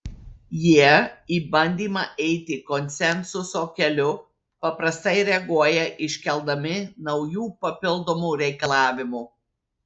jie į bandymą eiti konsensuso keliu paprastai reaguoja iškeldami naujų papildomų reikalavimų